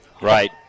Right